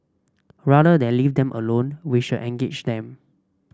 rather than leave them alone we should engage them